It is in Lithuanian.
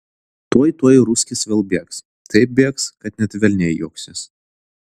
tuoj tuoj ruskis vėl bėgs taip bėgs kad net velniai juoksis